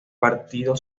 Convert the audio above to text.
partido